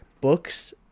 Books